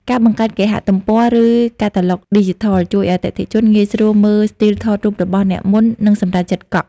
ការបង្កើតគេហទំព័រ ឬកាតាឡុកឌីជីថល ជួយឱ្យអតិថិជនងាយស្រួលមើលស្ទីលថតរូបរបស់អ្នកមុននឹងសម្រេចចិត្តកក់។